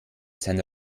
sein